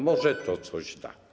Może to coś da.